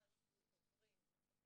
בשנה הזו עוברים מפקחים,